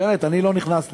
באמת, אני לא נכנס לזה.